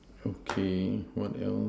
okay what else